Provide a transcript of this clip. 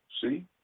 See